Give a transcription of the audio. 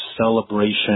celebration